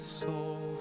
soul